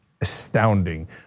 astounding